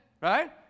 Right